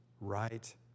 right